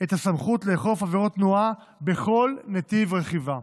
את הסמכות לאכוף עבירות תנועה בכל נתיב רכיבה.